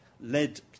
led